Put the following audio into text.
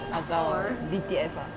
atau D_T_F ah